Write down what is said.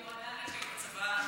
היוהל"נית שלי בצבא.